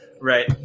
Right